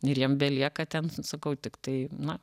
ir jiem belieka ten sakau tiktai na